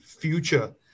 future